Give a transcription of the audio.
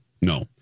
no